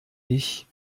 ich